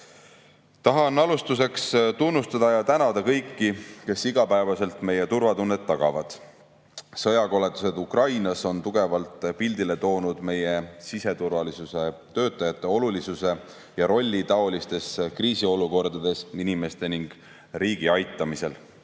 Tahan alustuseks tunnustada ja tänada kõiki, kes igapäevaselt meie turvatunnet tagavad. Sõjakoledused Ukrainas on tugevalt pildile toonud meie siseturvalisuse töötajate olulisuse ja rolli taolistes kriisiolukordades inimeste ning riigi aitamisel.